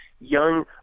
young